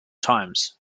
times